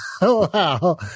Wow